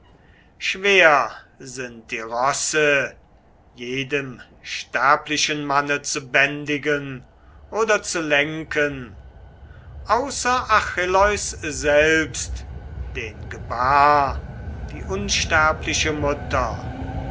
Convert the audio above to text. schwer sind die rosse jedem sterblichen manne zu bändigen oder zu lenken außer achilleus selbst den gebar die unsterbliche mutter